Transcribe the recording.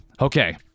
Okay